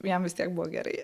jam vis tiek buvo gerai